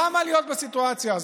למה להיות בסיטואציה הזאת?